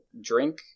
drink